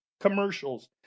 commercials